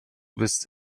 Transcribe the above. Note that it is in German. bist